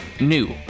new